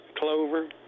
Clover